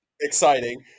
Exciting